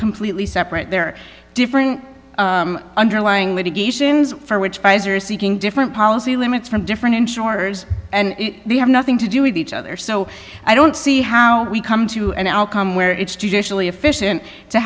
completely separate there are different underlying litigations for which pfizer is seeking different policy limits from different insurers and they have nothing to do with each other so i don't see how we come to an outcome where it's judicially efficient to